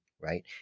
right